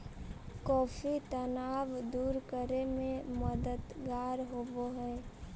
coffee तनाव दूर करे में मददगार होवऽ हई